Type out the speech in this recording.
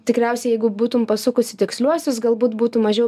tikriausiai jeigu būtum pasukus į tiksliuosius galbūt būtų mažiau